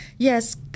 Yes